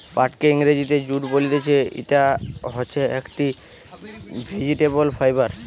পাটকে ইংরেজিতে জুট বলতিছে, ইটা হচ্ছে একটি ভেজিটেবল ফাইবার